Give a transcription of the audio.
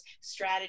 strategies